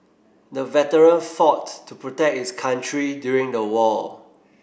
the veteran fought to protect his country during the war